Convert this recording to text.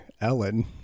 Ellen